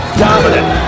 dominant